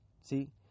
see